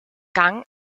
gang